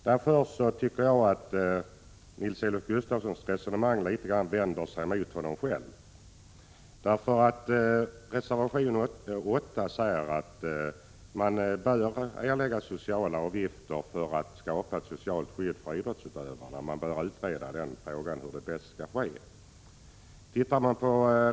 Därför tycker jag att Nils-Olof Gustafssons resonemang litet grand vänder sig mot honom själv. I reservation 8 sägs att idrottsutövarna bör ha ett socialt försäkringsskydd och att det bör utredas hur ett sådant skall vara utformat.